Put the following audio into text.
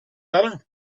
butter